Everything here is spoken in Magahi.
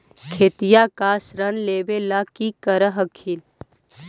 खेतिया पर ऋण लेबे ला की कर हखिन?